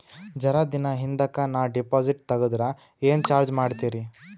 ಜರ ದಿನ ಹಿಂದಕ ನಾ ಡಿಪಾಜಿಟ್ ತಗದ್ರ ಏನ ಚಾರ್ಜ ಮಾಡ್ತೀರಿ?